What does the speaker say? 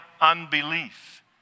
unbelief